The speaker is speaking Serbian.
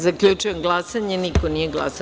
Zaključujem glasanje: niko nije glasao.